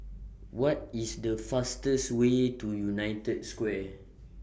What IS The fastest Way to United Square